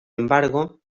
embargo